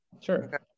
Sure